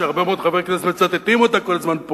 שהרבה מאוד חברי כנסת מצטטים אותו פה כל הזמן,